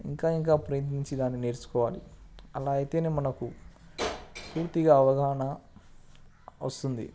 ఇంకా ఇంకా ప్రయత్నించి దాన్ని నేర్చుకోవాలి అలా అయితే మనకు పూర్తిగా అవగాహన వస్తుంది